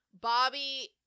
Bobby